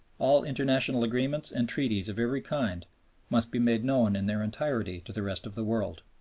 all international agreements and treaties of every kind must be made known in their entirety to the rest of the world.